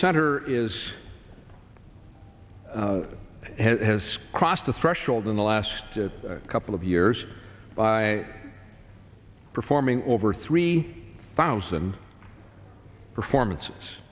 center is and has crossed the threshold in the last couple of years by performing over three thousand performance